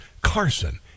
Carson